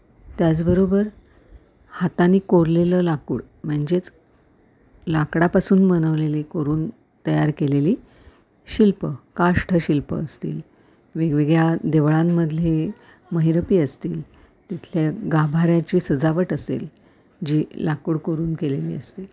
त्याचबरोबर हाताने कोरलेलं लाकूड म्हणजेच लाकडापासून बनवलेले कोरून तयार केलेली शिल्प काष्ठशिल्प असतील वेगवेगळ्या देवळांमधली महिरपी असतील तिथल्या गाभाऱ्याची सजावट असेल जी लाकूड कोरून केलेली असते